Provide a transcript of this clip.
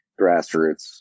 grassroots